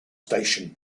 station